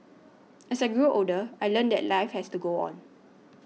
as I grew older I learnt that life has to go on